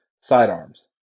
sidearms